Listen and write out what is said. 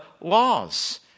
laws